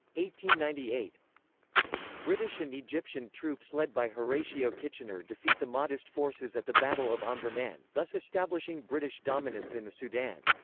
ninety eight british and egyptian troops led by horatio kitchener defeat the mahdist forces at the battle of omdurman, thus establishing british dominance in the sudan.